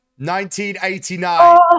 1989